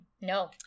No